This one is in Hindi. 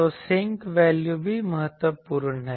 तो Sinc वैल्यू भी महत्वपूर्ण हैं